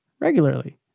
regularly